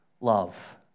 love